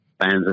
fans